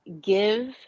give